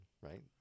right